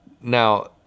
now